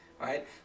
Right